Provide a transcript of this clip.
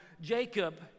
Jacob